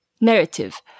narrative